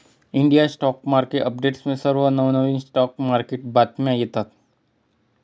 India stock market अपडेट्समध्ये सर्व नवनवीन स्टॉक मार्केट बातम्या येतात